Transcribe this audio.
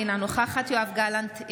אינה נוכחת בנימין גנץ,